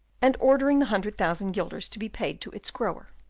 and ordering the hundred thousand guilders to be paid to its grower.